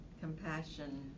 Compassion